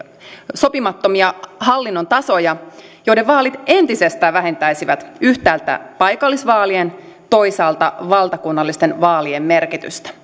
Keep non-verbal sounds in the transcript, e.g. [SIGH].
sopimattomia hallinnon tasoja joiden vaalit entisestään vähentäisivät yhtäältä paikallisvaalien toisaalta valtakunnallisten vaalien merkitystä [UNINTELLIGIBLE]